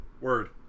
word